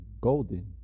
golden